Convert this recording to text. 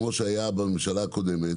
כמו שהיה בממשלה הקודמת,